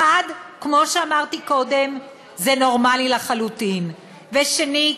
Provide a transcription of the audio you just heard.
אחת, כמו שאמרתי קודם, זה נורמלי לחלוטין, שנית,